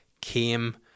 came